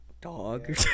dog